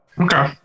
okay